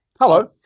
Hello